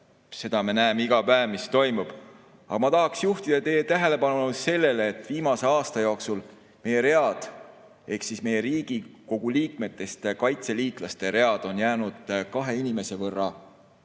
Seda me näeme iga päev, mis toimub. Aga ma tahaksin juhtida teie tähelepanu sellele, et viimase aasta jooksul meie read ehk Riigikogu liikmetest kaitseliitlaste read on jäänud kahe inimese võrra